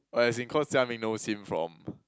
oh as in cause Jia-Ming knows him from